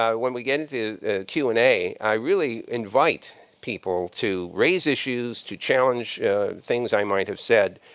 um when we get into q and a, i really invite people to raise issues, to challenge things i might have said.